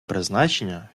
призначення